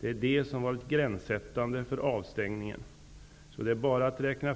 Det är det som har varit gränssättande för avstängningen. Så det är bara att räkna